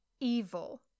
Evil